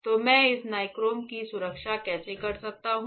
तो मैं इस नाइक्रोम की सुरक्षा कैसे कर सकता हूं